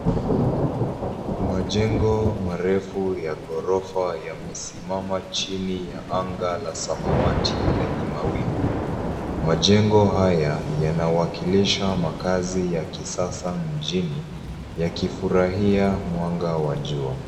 Majengo marefu ya ghorofa yamesimama chini ya anga la samawati lenye mawingu. Majengo haya yanawakilisha makazi ya kisasa mjini yakifurahia mwanga wa jua.